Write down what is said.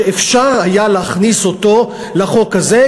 שהיה אפשר להכניס אותו לחוק הזה,